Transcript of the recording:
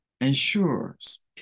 ensures